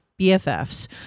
BFFs